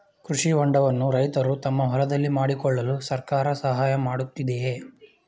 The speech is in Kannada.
ಕೃಷಿ ಹೊಂಡವನ್ನು ರೈತರು ತಮ್ಮ ಹೊಲದಲ್ಲಿ ಮಾಡಿಕೊಳ್ಳಲು ಸರ್ಕಾರ ಸಹಾಯ ಮಾಡುತ್ತಿದೆಯೇ?